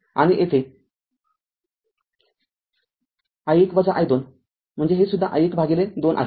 आणि येथे i१ i२म्हणजे हे सुद्धा i१ भागिले २ आहे